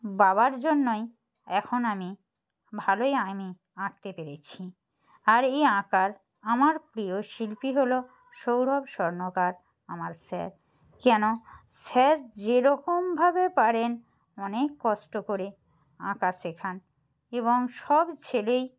বাবার জন্যই এখন আমি ভালোই আইমি আঁকতে পেরেছি আর এই আঁকার আমার প্রিয় শিল্পী হলো সৌরভ স্বর্ণকার আমার স্যার কেন স্যার যেরকমভাবে পারেন অনেক কষ্ট করে আঁকা শেখান এবং সব ছেলেই